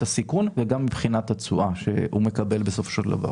הסיכון וגם מבחינת התשואה שהוא מקבל בסופו של דבר.